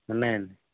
ఉన్నాయండి